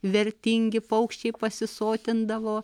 vertingi paukščiai pasisotindavo